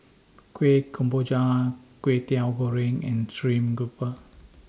Kuih Kemboja Kway Teow Goreng and Stream Grouper